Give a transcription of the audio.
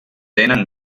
tenen